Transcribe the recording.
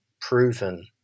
proven